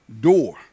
door